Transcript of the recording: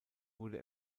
wurde